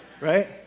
Right